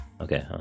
Okay